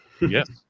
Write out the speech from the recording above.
Yes